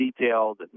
detailed